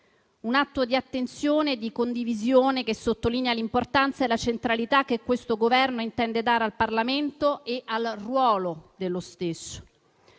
un atto di attenzione e di condivisione, che sottolinea l'importanza e la centralità che il Governo intende dare al Parlamento e al suo ruolo.